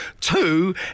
Two